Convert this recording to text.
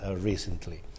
recently